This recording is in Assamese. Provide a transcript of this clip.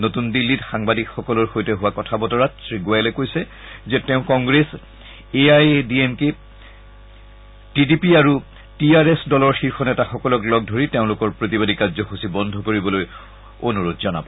নতুন দিল্লীত সাংবাদিকসকলৰ সৈতে হোৱা কথা বতৰাত শ্ৰীগোৱেলে কৈছে যে তেওঁ Congress A I A D M K T D P আৰু টি আৰ এছ দলৰ শীৰ্ষ নেতাসকলক লগ ধৰি তেওঁলোকৰ প্ৰতিবাদী কাৰ্য্যসূচী বন্ধ কৰিবলৈ অনুৰোধ জনাব